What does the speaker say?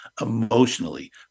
emotionally